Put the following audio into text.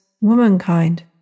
womankind